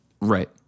Right